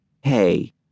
Hey